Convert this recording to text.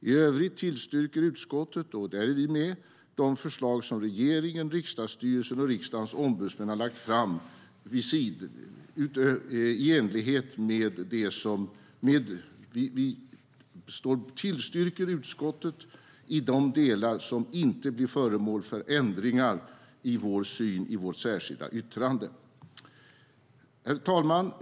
I övrigt tillstyrker utskottet, även vi, de förslag som regeringen, riksdagsstyrelsen och Riksdagens ombudsmän har lagt fram, i de delar som inte blir föremål för ändringar av vår syn i vårt särskilda yttrande. Herr talman!